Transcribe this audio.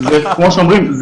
כמו שאומרים,